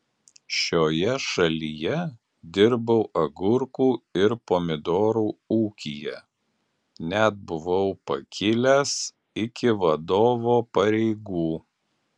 šioje šalyje dirbau agurkų ir pomidorų ūkyje net buvau pakilęs iki vadovo pareigų